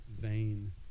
vain